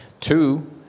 two